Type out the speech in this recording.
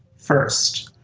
first,